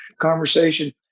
conversation